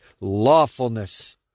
lawfulness